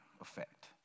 effect